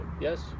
yes